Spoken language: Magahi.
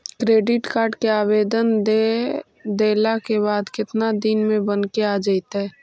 क्रेडिट कार्ड के आवेदन दे देला के बाद केतना दिन में बनके आ जइतै?